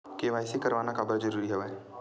KYC करवाना काबर जरूरी हवय?